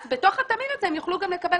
אז בתוך התמהיל הזה הם יוכלו גם לקבל